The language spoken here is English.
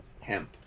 hemp